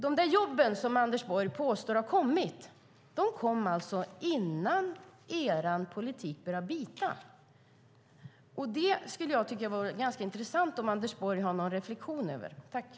De jobb som Anders Borg påstår har kommit kom alltså innan er politik började bita. Jag tycker att det skulle vara ganska intressant att höra om Anders Borg har någon reflexion över detta.